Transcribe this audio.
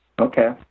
Okay